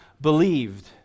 believed